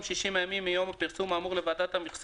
ושמתקיימות לגביו הוראות פסקה (4)(א) ו-(ב).